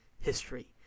history